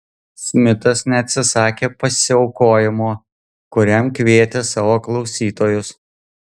smitas neatsisakė pasiaukojimo kuriam kvietė savo klausytojus